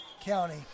County